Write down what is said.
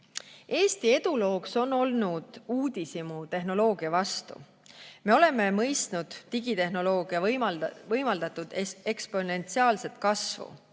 Eesti edulooks on olnud uudishimu tehnoloogia vastu. Me oleme mõistnud digitehnoloogia võimaldatud eksponentsiaalset kasvu.